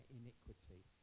iniquity